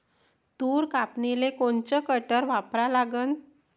तूर कापनीले कोनचं कटर वापरा लागन?